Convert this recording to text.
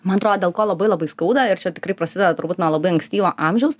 man atrodo dėl ko labai labai skauda ir čia tikrai prasideda turbūt nuo labai ankstyvo amžiaus